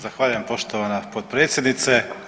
Zahvaljujem poštovana potpredsjednice.